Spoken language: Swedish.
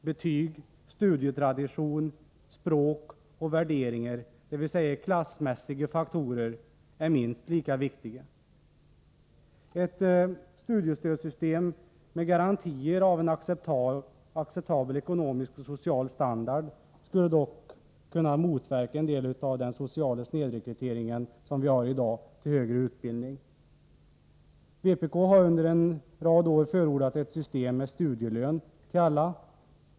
Betyg, studietradition, språk och värderingar — dvs. klassmässiga faktorer — är minst lika viktiga. Ett studiestödssystem med garantier av en acceptabel ekonomisk och social standard skulle dock kunna motverka en del av den sociala snedrekrytering till högre utbildning som vi har i dag. Vpk har under en rad år förordat ett system med studielön till alla.